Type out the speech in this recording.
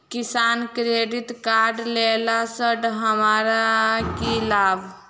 किसान credit card लेला सऽ हमरा की लाभ?